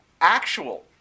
actual